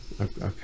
Okay